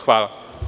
Hvala.